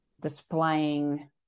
displaying